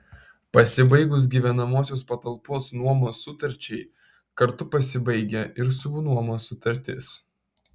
pasibaigus gyvenamosios patalpos nuomos sutarčiai kartu pasibaigia ir subnuomos sutartis